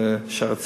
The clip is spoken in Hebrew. מנכ"ל "שערי צדק",